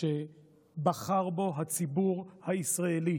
שבחר בו הציבור הישראלי